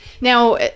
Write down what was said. Now